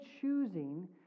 choosing